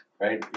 right